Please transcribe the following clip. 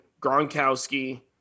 Gronkowski